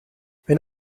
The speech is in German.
wenn